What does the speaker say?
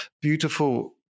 beautiful